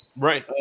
Right